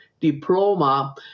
Diploma